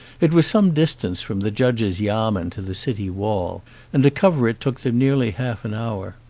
it was some distance from the judge's yamen to the city wall and to cover it took them nearly half an hour.